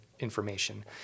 information